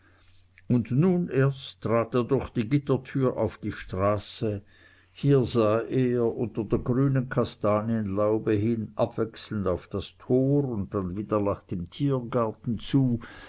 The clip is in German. und nun erst trat er durch die gittertür auf die straße hier sah er unter der grünen kastanienlaube hin abwechselnd auf das tor und dann wieder nach dem tiergarten zu